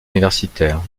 universitaires